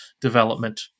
development